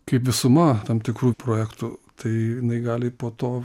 kaip visuma tam tikrų projektų tai jinai gali po to